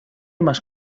más